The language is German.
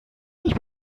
nicht